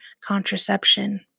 contraception